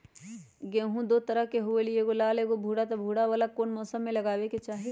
गेंहू दो तरह के होअ ली एगो लाल एगो भूरा त भूरा वाला कौन मौसम मे लगाबे के चाहि?